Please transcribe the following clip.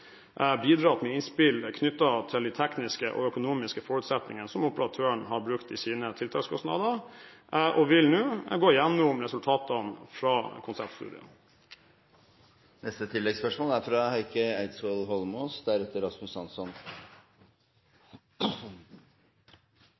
bidratt med innspill knyttet til de tekniske og økonomiske forutsetningene som operatøren har brukt i sine tiltakskostnader, og vil nå gå igjennom resultatene fra